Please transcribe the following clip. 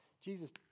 Jesus